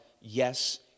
yes